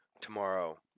tomorrow